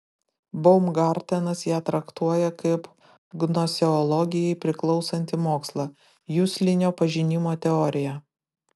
baumgartenas ją traktuoja kaip gnoseologijai priklausantį mokslą juslinio pažinimo teoriją